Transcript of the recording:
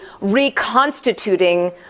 reconstituting